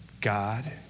God